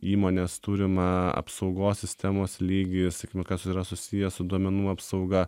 įmonės turimą apsaugos sistemos lygį sakykime kas yra susiję su duomenų apsauga